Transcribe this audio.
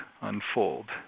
unfold